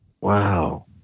Wow